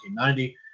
1990